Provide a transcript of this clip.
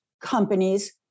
companies